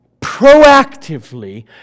proactively